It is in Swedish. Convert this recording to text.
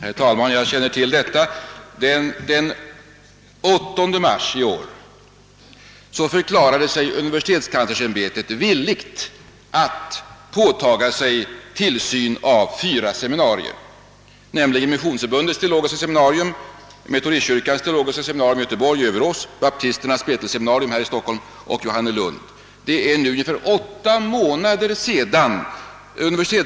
Herr talman! Jag känner till detta. Den 8 mars i år — alltså för nära åtta månader sedan — förklarade sig universitetskanslersämbetet villigt att påtaga sig tillsynen av fyra seminarier, nämligen Missionsförbundets teologiska seminarium, Metodistkyrkans teologiska seminarium i Göteborg — Överås — Baptisternas Betelseminarium här i Stockholm och Johannelund.